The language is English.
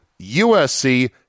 USC